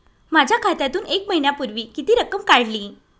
माझ्या खात्यातून एक महिन्यापूर्वी किती रक्कम काढली?